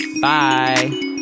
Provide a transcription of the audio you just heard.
Bye